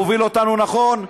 מוביל אותנו נכון.